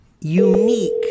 unique